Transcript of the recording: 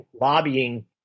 lobbying